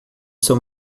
são